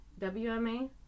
wma